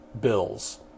bills